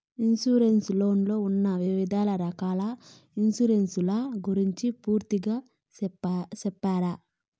Insurance లో ఉన్న వివిధ రకాల ఇన్సూరెన్సు ల గురించి పూర్తిగా సెప్తారా?